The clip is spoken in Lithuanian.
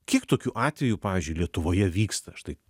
kiek tokių atvejų pavyzdžiui lietuvoje vyksta štai